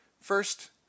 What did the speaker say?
First